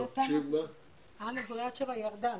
אם סיימנו לשמוע את הפונים,